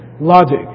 logic